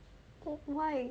why